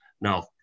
Now